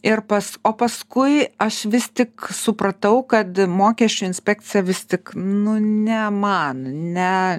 ir pas o paskui aš vis tik supratau kad mokesčių inspekcija vis tik nu ne man ne